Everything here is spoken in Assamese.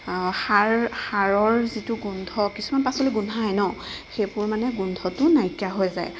সাৰ সাৰৰ যিটো গোন্ধ কিছুমান পাচলি গোন্ধায় ন সেইবোৰ মানে গোন্ধটো নাইকীয়া হৈ যায়